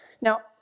Now